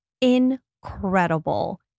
incredible